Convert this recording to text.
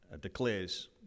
declares